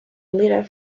letter